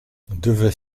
devaient